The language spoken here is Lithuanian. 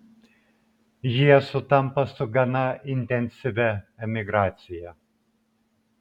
jie sutampa su gana intensyvia emigracija